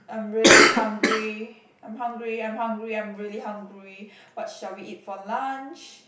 I'm really hungry I'm hungry I'm hungry I'm really hungry what shall we eat for lunch